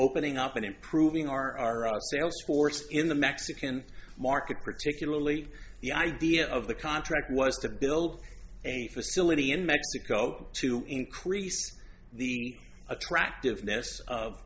opening up and improving our sales force in the mexican market particularly the idea of the contract was to build a facility in mexico to increase the attractiveness of